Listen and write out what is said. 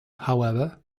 however